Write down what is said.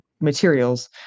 materials